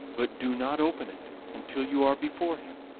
but do not open it until you are before him,